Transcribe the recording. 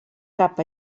cap